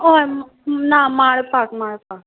हय ना माळपाक माळपाक